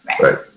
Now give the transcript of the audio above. right